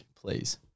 please